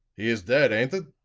he is dead, ain't it?